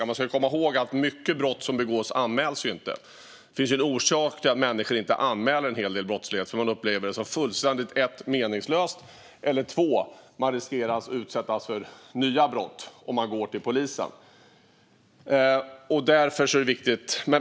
Man ska dock komma ihåg att många brott som begås inte anmäls. Det finns en orsak till att människor inte anmäler en hel del brottslighet. Antingen upplever man det som fullständigt meningslöst eller så riskerar man att utsättas för nya brott om man går till polisen.